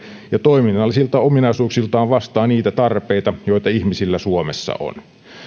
ja toiminnallisilta ominaisuuksiltaan vastaa niitä tarpeita joita ihmisillä suomessa on